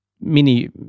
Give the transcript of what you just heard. mini